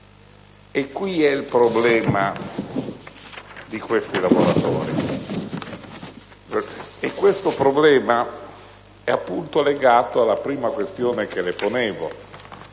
E questo è il problema di questi lavoratori: un problema legato alla prima questione che le ponevo.